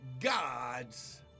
God's